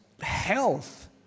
health